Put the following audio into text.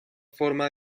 forma